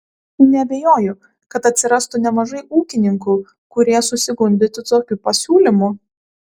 neabejoju kad atsirastų nemažai ūkininkų kurie susigundytų tokiu pasiūlymu